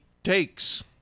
Takes